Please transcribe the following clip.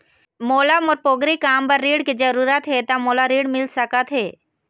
मोला मोर पोगरी काम बर ऋण के जरूरत हे ता मोला ऋण मिल सकत हे?